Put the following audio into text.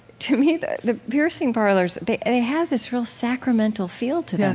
to me the the piercing parlors, they and they have this real sacramental feel to them